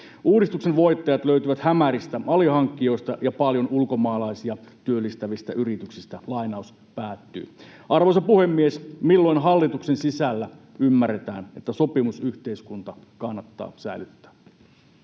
Uudistuksen voittajat löytyvät hämäristä alihankkijoista ja paljon ulkomaalaisia työllistävistä yrityksistä.” Arvoisa puhemies! Milloin hallituksen sisällä ymmärretään, että sopimusyhteiskunta kannattaa säilyttää?